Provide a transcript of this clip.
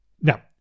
Now